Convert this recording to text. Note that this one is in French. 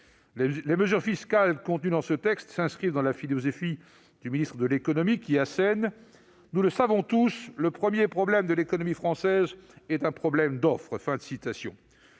Les mesures fiscales contenues dans ce texte s'inscrivent dans la philosophie du ministre de l'économie qui assène :« Nous le savons tous, le premier problème de l'économie française est un problème d'offre ».